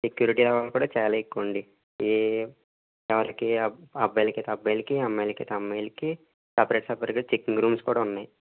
security వాళ్ళు కూడా చాలా ఎక్కువండి ఏ ఎవరికి అబ్బాయిలకయితే అబ్బాయిలకి అమ్మాయిలకయితే అమ్మాయిలకి సెపరేట్ సెపరేట్గా చెకింగ్ రూమ్స్ కూడా ఉన్నాయి